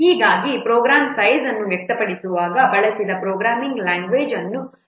ಹೀಗಾಗಿ program size ಅನ್ನು ವ್ಯಕ್ತಪಡಿಸುವಾಗ ಬಳಸಿದ ಪ್ರೋಗ್ರಾಮಿಂಗ್ ಲ್ಯಾಂಗ್ವೇಜ್ ಅನ್ನು ಸರಿಯಾಗಿ ಪರಿಗಣಿಸಬೇಕು